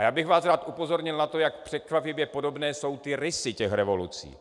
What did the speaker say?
Rád bych vás upozornil na to, jak překvapivě podobné jsou rysy těch revolucí.